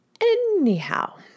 Anyhow